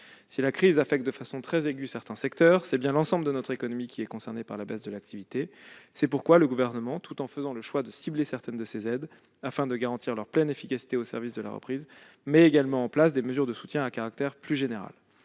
Si la crise affecte de façon très aiguë certains secteurs, l'ensemble de notre économie est concerné par la baisse de l'activité. C'est pourquoi le Gouvernement, tout en faisant le choix de cibler certaines de ces aides afin de garantir leur pleine efficacité au service de la reprise, met également en place des mesures de soutien à caractère plus général.